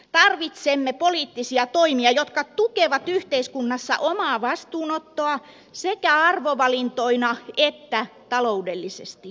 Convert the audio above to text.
tarvitsemme poliittisia toimia jotka tukevat yhteiskunnassa omaa vastuunottoa sekä arvovalintoina että taloudellisesti